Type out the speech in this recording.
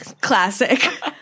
Classic